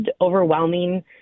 overwhelming